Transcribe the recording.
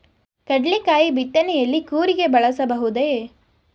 ಕಡ್ಲೆಕಾಯಿ ಬಿತ್ತನೆಯಲ್ಲಿ ಕೂರಿಗೆ ಬಳಸಬಹುದೇ?